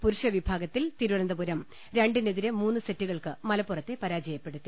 പുരുഷ വിഭാഗത്തിൽ തിരുവനന്തപുരം രണ്ടിനെതിരെ മൂന്ന് സെറ്റുകൾക്ക് മലപ്പുറത്തെ പരാ ജയപ്പെടുത്തി